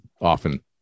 often